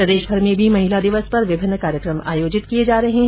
प्रदेशभर में भी महिला दिवस पर विभिन्न कार्यकम आयोजित किये जा रहे हैं